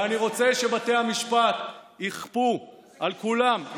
ואני רוצה שבתי המשפט יכפו על כולם,